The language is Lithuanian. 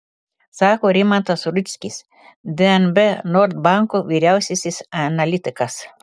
sako rimantas rudzkis dnb nord banko vyriausiasis analitikas